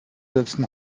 setzen